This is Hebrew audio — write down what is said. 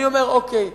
אני אומר: אוקיי,